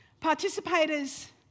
participators